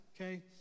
okay